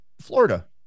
Florida